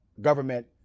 government